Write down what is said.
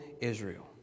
Israel